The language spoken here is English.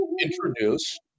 introduce